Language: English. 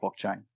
blockchain